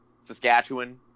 Saskatchewan